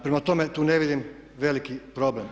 Prema tome tu ne vidim veliki problem.